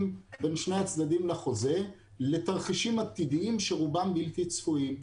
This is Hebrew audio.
בין שני הצדדים לחוזה לתרחישים עתידיים שרובם בלתי צפויים.